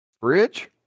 bridge